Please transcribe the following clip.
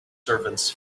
servants